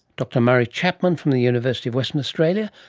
dr murray chapman from the university of western australia,